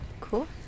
Cool